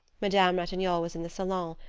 madame ratignolle was in the salon,